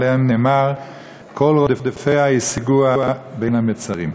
שעליהם נאמר "כל רדפיה השיגוה בין המצרים".